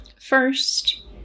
first